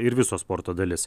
ir viso sporto dalis